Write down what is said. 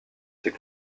ses